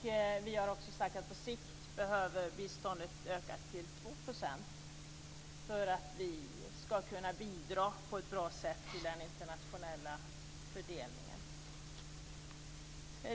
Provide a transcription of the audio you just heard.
Vi har också sagt att på sikt behöver biståndet öka till 2 % för att vi på ett bra sätt ska kunna bidra till den internationella fördelningen.